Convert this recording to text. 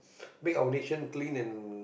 make our nation clean and